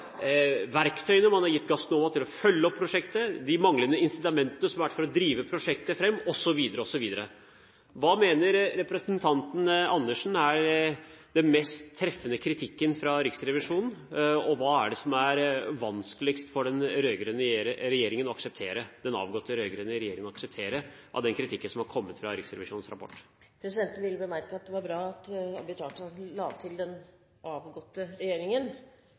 verktøyene man har gitt Gassnova til å følge opp prosjektet, det manglende incitamentet for å drive prosjektet fram, osv., osv. Hva mener representanten Andersen er den mest treffende kritikken fra Riksrevisjonen, og hva er det som er vanskeligst for den rød-grønne regjeringen – den avgåtte rød-grønne regjeringen – å akseptere av den kritikken som er kommet fra Riksrevisjonens rapport? Presidenten vil bemerke at det var bra at Abid Q. Raja la til «den avgåtte» regjeringen.